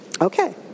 Okay